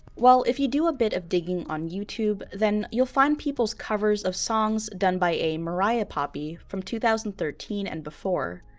well, if you do a bit of digging on youtube then you'll find people's covers of songs done by a mariah poppy from two thousand and thirteen and before.